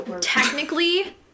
technically